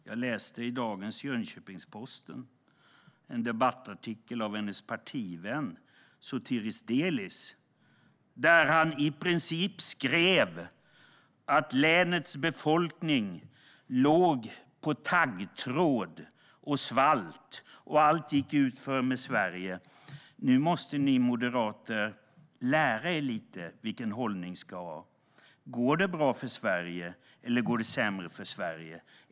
Jag läste i dagens Jönköpingsposten en debattartikel av hennes partivän Sotiris Delis, som i princip skrev att länets befolkning ligger på taggtråd och svälter och att allt går utför med Sverige. Nu måste ni moderater lära er vilken hållning ni ska inta. Går det bra för Sverige, eller går det sämre?